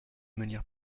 manière